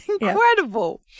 incredible